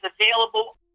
available